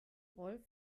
rolf